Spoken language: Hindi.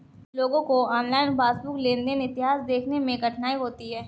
कुछ लोगों को ऑनलाइन पासबुक लेनदेन इतिहास देखने में कठिनाई होती हैं